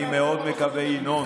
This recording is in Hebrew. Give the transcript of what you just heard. אני מאוד מקווה, ינון.